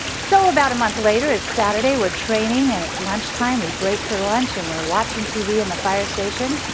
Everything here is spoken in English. so about a month later, it's saturday we're training and it's lunch time, we break for lunch and we're watching tv in the fire station,